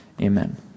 Amen